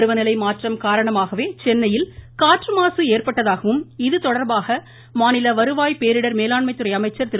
பருவநிலை மாற்றம் காரணமாகவே சென்னையில் காற்று மாசு ஏற்பட்டதாகவும் இதுதொடர்பாக மாநில வருவாய் பேரிடர் மேலாண்மை துறை அமைச்சர் திரு